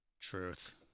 Truth